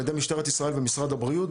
על ידי משטרת ישראל ומשרד הבריאות,